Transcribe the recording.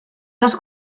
les